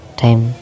time